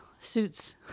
suits